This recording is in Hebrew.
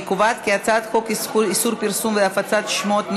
אני קובעת כי הצעת חוק איסור פרסום והפצת שמות נפגעים,